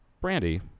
Brandy